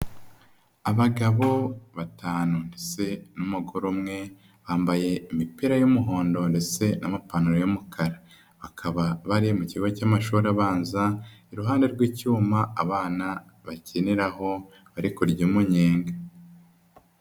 Abagabo batanu ndetse n'umugore umwe, bambaye imipira y'umuhondo ndetse n'amapantaro y'umukara. Bakaba bari mu kigo cy'amashuri abanza, iruhande rw'icyuma, abana bakiniraho bari kurya umunyenga.